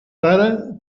tara